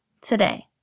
today